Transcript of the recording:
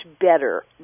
better